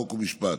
חוק ומשפט.